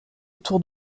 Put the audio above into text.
autour